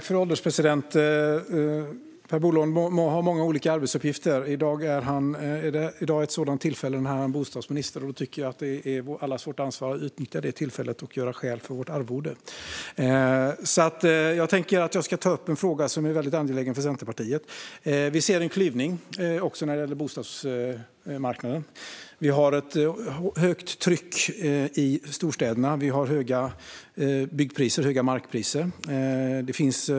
Fru ålderspresident! Per Bolund må ha många olika arbetsuppgifter, men i dag är han här som bostadsminister. Då tycker jag att det är allas vårt ansvar att utnyttja detta tillfälle och göra skäl för vårt arvode. Jag ska ta upp en fråga som är mycket angelägen för Centerpartiet. Vi ser en klyvning också när det gäller bostadsmarknaden. Vi har ett högt tryck i storstäderna. Vi har höga byggpriser och höga markpriser.